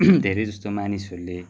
धेरै जस्तो मानिसहरूले